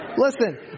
Listen